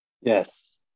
Yes